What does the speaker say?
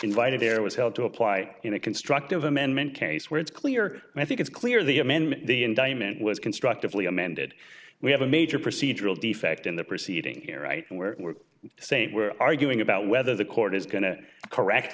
invited there was held to apply in a constructive amendment case where it's clear and i think it's clear the amendment the indictment was constructively amended we have a major procedural defect in the proceedings here right where we're saying we're arguing about whether the court is going to correct